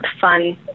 fun